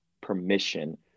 permission